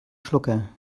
schlucker